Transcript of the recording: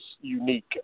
unique